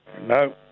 No